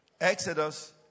Exodus